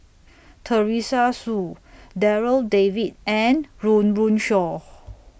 Teresa Hsu Darryl David and Run Run Shaw